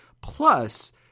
Plus